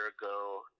ago